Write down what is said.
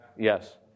Yes